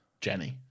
Jenny